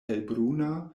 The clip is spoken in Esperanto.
helbruna